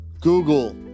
google